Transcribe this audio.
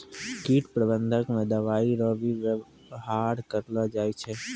कीट प्रबंधक मे दवाइ रो भी वेवहार करलो जाय छै